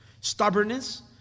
Stubbornness